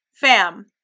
fam